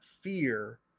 fear